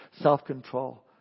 self-control